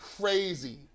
crazy